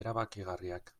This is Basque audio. erabakigarriak